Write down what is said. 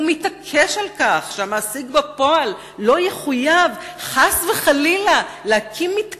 והוא מתעקש על כך שהמעסיק בפועל לא יחויב חס וחלילה בחוק לבנות